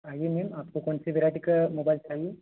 आइए मैम आपको कौन सी वेरायटी का मोबाइल चाहिए